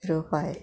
zero five